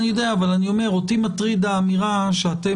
אני יודע אבל אני אומר שאותי מטרידה האמירה שאתם